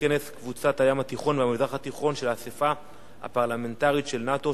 בכנס קבוצת הים התיכון והמזרח התיכון של האספה הפרלמנטרית של נאט"ו,